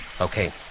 Okay